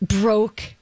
broke